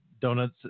donuts